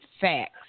facts